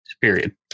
period